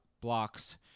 blocks